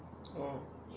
orh